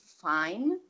fine